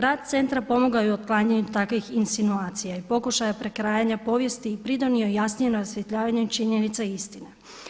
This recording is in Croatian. Rad centra pomogao je i u otklanjanju takvih insinuacija i pokušaja prekrajanja povijesti i pridonio na jasnijem osvjetljavanju činjenica i istine.